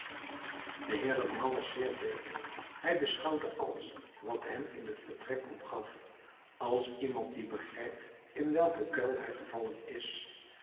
de heer leblanc was zeer bleek hij beschouwde alles wat hem in het vertrek omgaf als iemand die begrijpt in welken kuil hij gevallen is